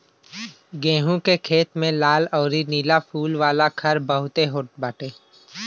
गेंहू के खेत में लाल अउरी नीला फूल वाला खर बहुते होत बाटे